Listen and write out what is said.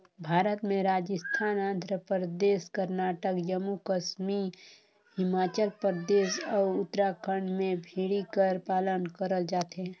भारत में राजिस्थान, आंध्र परदेस, करनाटक, जम्मू कस्मी हिमाचल परदेस, अउ उत्तराखंड में भेड़ी कर पालन करल जाथे